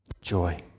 joy